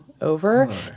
over